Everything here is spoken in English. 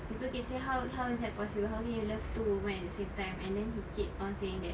people can say how how is that possible how can you love two women at the same time and then he keep on saying that